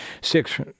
six